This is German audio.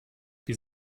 wir